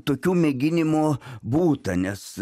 tokių mėginimų būta nes